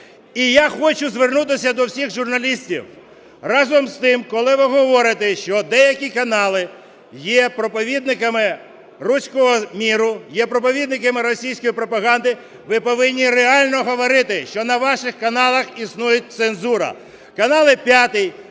І я хочу звернутися до всіх журналістів, разом з тим, коли ви говорите, що деякі канали є проповідниками "руського миру", є проповідниками російської пропаганди, ви повинні реально говорити, що на ваших каналах існує цензура. Канали "5",